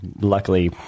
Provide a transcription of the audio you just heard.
luckily